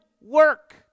work